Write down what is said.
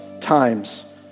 times